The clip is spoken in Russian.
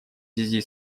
связи